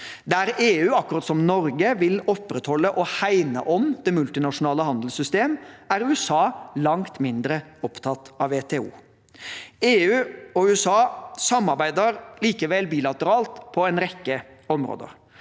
Der EU, akkurat som Norge, vil opprettholde og hegne om det multilaterale handelssystem, er USA langt mindre opptatt av WTO. EU og USA samarbeider likevel bilateralt på en rekke områder,